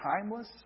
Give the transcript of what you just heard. timeless